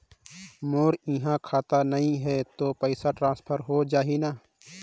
मोर इहां खाता नहीं है तो पइसा ट्रांसफर हो जाही न?